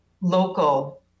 local